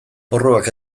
porruak